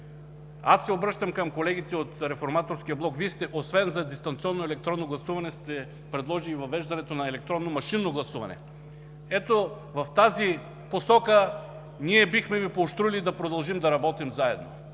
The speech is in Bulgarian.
нас. Обръщам се към колегите от Реформаторския блок: освен за дистанционно електронно гласуване сте предложили и въвеждането на електронно машинно гласуване. Ето, в тази посока бихме Ви поощрили да продължим да работим заедно,